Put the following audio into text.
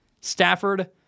Stafford